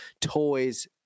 toys